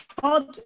hard